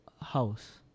house